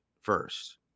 first